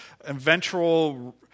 eventual